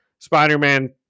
Spider-Man